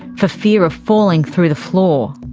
for fear of falling through the floor.